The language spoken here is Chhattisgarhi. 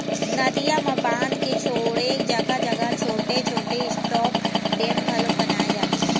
नदियां म बांध के छोड़े जघा जघा छोटे छोटे स्टॉप डेम घलोक बनाए जाथे